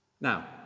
Now